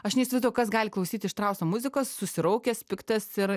aš neįsivaizduoju kas gali klausyti štrauso muzikos susiraukęs piktas ir